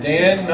Dan